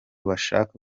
bashaka